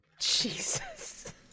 Jesus